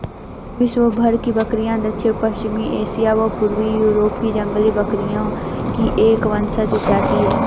विश्वभर की बकरियाँ दक्षिण पश्चिमी एशिया व पूर्वी यूरोप की जंगली बकरी की एक वंशज उपजाति है